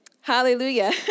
Hallelujah